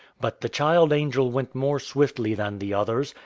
but the child-angel went more swiftly than the others,